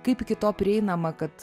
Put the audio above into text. kaip iki to prieinama kad